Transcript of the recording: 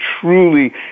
truly